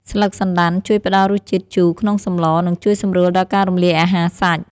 ស្លឹកសណ្តាន់ជួយផ្តល់រសជាតិជូរក្នុងសម្ល និងជួយសម្រួលដល់ការរំលាយអាហារសាច់។